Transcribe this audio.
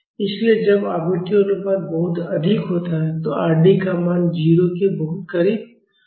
इसलिए जब आवृत्ति अनुपात बहुत अधिक होता है तो R d का मान 0 के बहुत करीब होगा